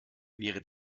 wäre